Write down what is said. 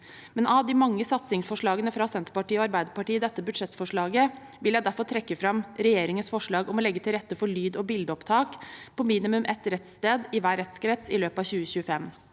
men av de mange satsingsforslagene fra Senterpartiet og Arbeiderpartiet i dette budsjettforslaget vil jeg derfor trekke fram regjeringens forslag om å legge til rette for lyd- og bildeopptak på minimum ett rettssted i hver rettskrets i løpet av 2025.